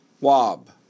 Wob